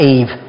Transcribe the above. Eve